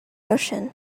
ocean